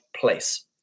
place